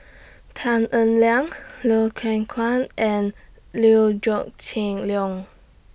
Tan Eng Liang Loy Chye Kuan and Liew Geok Chin Leong